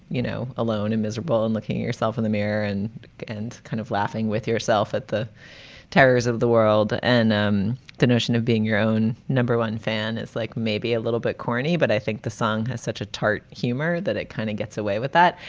you know, alone and miserable and looking yourself in the mirror and and kind of laughing with yourself at the terrors of the world. and um the notion of being your own number one fan is like maybe a little bit corny, but i think the song has such a tart humor that it kind of gets away with that.